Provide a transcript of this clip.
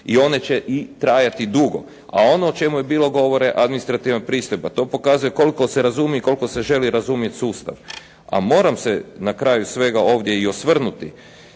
i one će i trajati dugo. A ono o čemu je bilo govora, administrativna pristojba, to pokazuje koliko se razumije i koliko se želi razumjeti sustav. A moram se na kraju svega ovdje i osvrnuti,